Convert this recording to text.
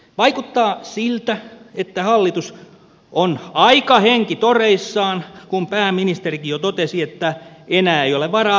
vaikuttaa siltä että hallitus on aika henkitoreissaan kun pääministerikin jo totesi että enää ei ole varaa sössiä